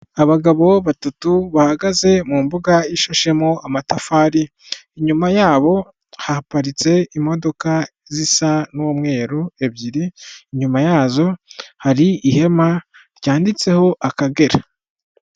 Abagabo batatu bahagaze mu mbuga ishashemo amatafari, inyuma yabo haparitse imodoka zisa n'umweru ebyiri, inyuma yazo hari ihema ryanditseho akagera.